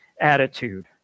attitude